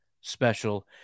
special